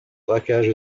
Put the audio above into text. braquage